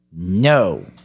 No